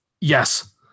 Yes